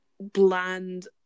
bland